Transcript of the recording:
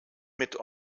mit